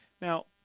Now